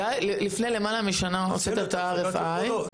היה לפני למעלה משנה כשעשית את ה-RFI?